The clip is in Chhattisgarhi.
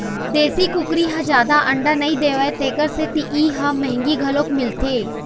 देशी कुकरी ह जादा अंडा नइ देवय तेखर सेती ए ह मंहगी घलोक मिलथे